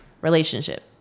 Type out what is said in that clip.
relationship